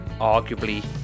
Arguably